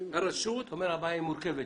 הבעיה מורכבת.